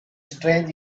strange